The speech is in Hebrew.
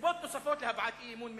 סיבות נוספות להבעת אי-אמון,